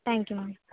thank you ma'am